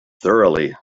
thoroughly